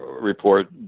report